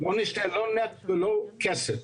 לא נשתה לא נפט ולא כסף,